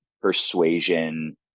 persuasion